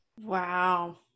wow